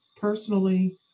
personally